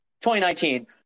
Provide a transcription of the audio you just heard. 2019